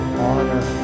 honor